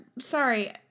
sorry